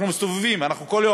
אנחנו מסתובבים כל יום,